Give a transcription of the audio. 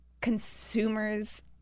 consumers